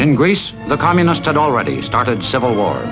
in greece the communist had already started civil war